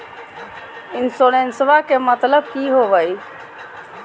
इंसोरेंसेबा के मतलब की होवे है?